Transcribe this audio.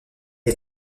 est